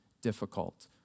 Difficult